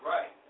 Right